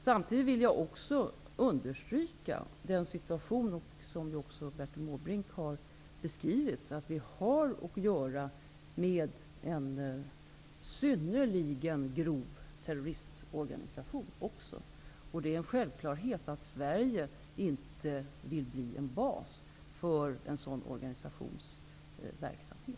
Jag vill samtidigt understryka -- vilket Bertil Måbrink också har beskrivit -- att vi har att göra med en organisation som bedriver synnerligen grov terrorism. Det är en självklarhet att Sverige inte vill bli en bas för en sådan organisations verksamhet.